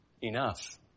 enough